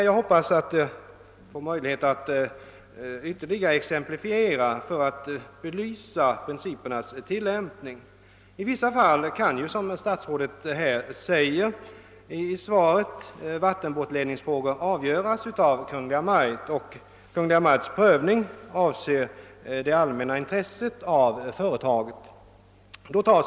Jag hoppas att jag får exemplifiera ytterligare för att belysa principernas tilllämpning. 1 vissa fall kan, som statsrådet säger i svaret, vattenbortledningsfrågor avgöras av Kungl. Maj:t, och Kungl. Maj:ts prövning avser då det allmänna intresset av företaget.